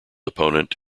opponent